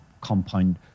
compound